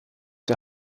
der